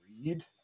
read